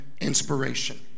inspiration